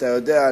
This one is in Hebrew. אתה יודע,